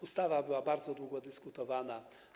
Ustawa była bardzo długo dyskutowana.